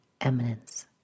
eminence